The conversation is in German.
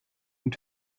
und